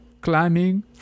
climbing